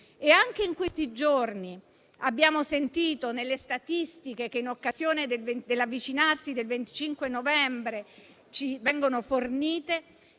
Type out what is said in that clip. Anche in questi giorni abbiamo letto nelle statistiche che in occasione dell'avvicinarsi del 25 novembre ci vengono fornite,